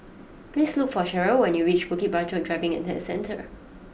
please look for Sheryl when you reach Bukit Batok Driving and Test Centre